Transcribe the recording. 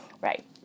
right